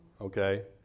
okay